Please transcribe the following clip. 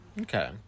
Okay